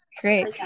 Great